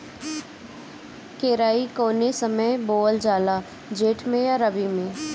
केराई कौने समय बोअल जाला जेठ मैं आ रबी में?